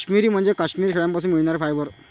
काश्मिरी म्हणजे काश्मिरी शेळ्यांपासून मिळणारे फायबर